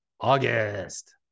August